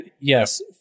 Yes